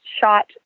shot